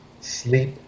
sleep